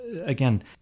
again